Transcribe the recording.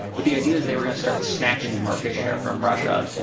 but the idea is they were gonna start snatching market share from russia.